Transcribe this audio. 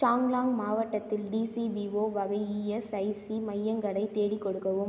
சாங்லாங் மாவட்டத்தில் டீசிபிஓ வகை ஈஎஸ்ஐசி மையங்களை தேடி கொடுக்கவும்